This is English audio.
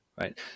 right